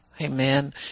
Amen